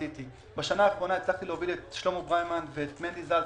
בשנה האחרונה הצלחתי להוביל את שלמה- -- ואת מני זלצמן,